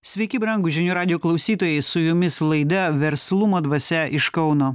sveiki brangūs žinių radijo klausytojai su jumis laida verslumo dvasia iš kauno